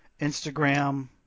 Instagram